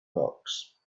rocks